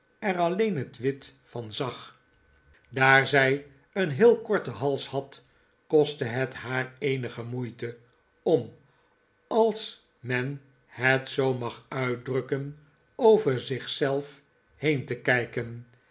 er alleen het wit van zag daar zij een heel korten hals had kostte het haar eenige moeite om als men het zoo mag uitdrukken over zich zelf heen te kijken